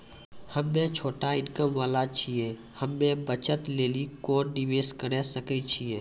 हम्मय छोटा इनकम वाला छियै, हम्मय बचत लेली कोंन निवेश करें सकय छियै?